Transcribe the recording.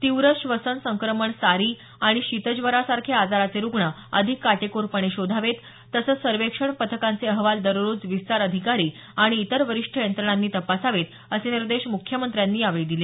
तीव्र श्वसन संक्रमण सारी आणि शीतज्वरासारखे आजाराचे रुग्ण अधिक काटेकोरपणे शोधावेत तसंच सर्वेक्षण पथकांचे अहवाल दररोज विस्तार अधिकारी आणि इतर वरिष्ठ यंत्रणांनी तपासावे असे निर्देश म्ख्यमंत्र्यांनी यावेळी दिले